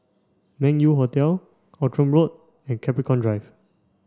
Meng Yew Hotel Outram Road and Capricorn Drive